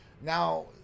Now